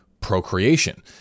procreation